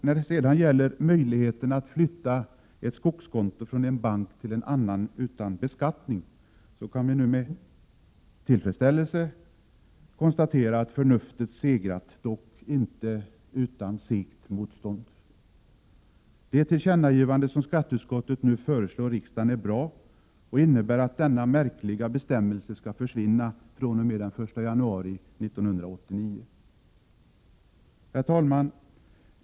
När det sedan gäller möjligheterna att flytta ett skogskonto från en bank till en annan utan beskattning kan vi nu med tillfredsställelse konstatera att förnuftet segrat, dock inte utan segt motstånd. Det tillkännagivande som skatteutskottet nu föreslår riksdagen är bra och innebär att denna märkliga bestämmelse skall försvinna den 1 januari 1989. Herr talman!